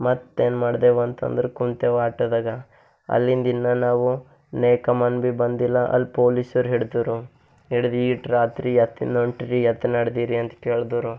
ಮತ್ತೇನು ಮಾಡ್ದೇವು ಅಂತಂದ್ರ ಕುಂತೇವು ಆಟೋದಾಗ ಅಲ್ಲಿಂದ ಇನ್ನು ನಾವು ನೇ ಕಮಾನ್ ಬಿ ಬಂದಿಲ್ಲ ಅಲ್ಲಿ ಪೊಲೀಸರು ಹಿಡಿದರು ಹಿಡ್ದು ಈಟು ರಾತ್ರಿ ಎತ್ತಿನ ಹೊರಟ್ರಿ ಎತ್ತ ನಡೆದೀರಿ ಅಂತ ಕೇಳಿದರು